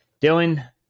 Dylan